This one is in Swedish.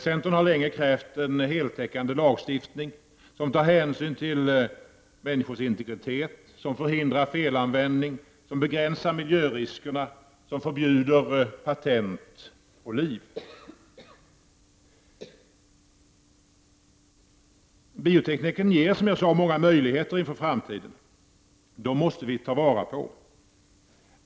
Centern har länge krävt en heltäckande lagstiftning som tar hänsyn till människors integritet, som förhindrar felanvändning, som begränsar miljöriskerna och som förbjuder patent på liv. Biotekniken ger, som jag sade, många möjligheter inför framtiden. Dessa måste vi ta till vara.